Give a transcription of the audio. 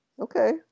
okay